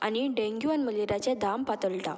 आनी डेंग्यू आनी मलेरियाचे दाम पातळटा